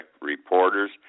reporters